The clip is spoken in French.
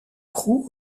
prou